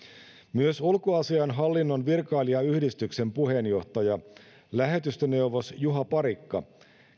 myös ulkoasiainhallinnon virkailijayhdistyksen puheenjohtaja lähetystöneuvos juha parikka